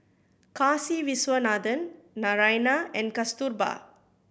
Kasiviswanathan Naraina and Kasturba